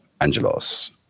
Angelos